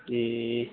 ए